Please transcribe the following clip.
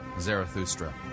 Zarathustra